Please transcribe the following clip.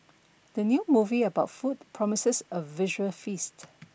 the new movie about food promises a visual feast